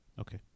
Okay